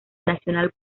nacional